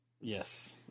Yes